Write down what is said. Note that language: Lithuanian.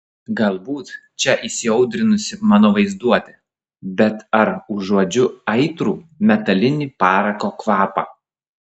galbūt čia įsiaudrinusi mano vaizduotė bet ar užuodžiu aitrų metalinį parako kvapą